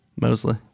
mostly